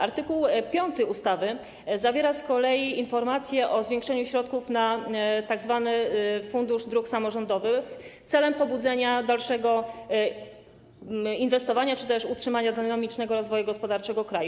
Art. 5 ustawy zawiera z kolei informacje o zwiększeniu środków na Fundusz Dróg Samorządowych celem pobudzenia dalszego inwestowania czy też utrzymania dynamicznego rozwoju gospodarczego kraju.